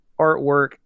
artwork